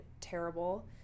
terrible